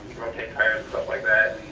rotate tires, stuff like that.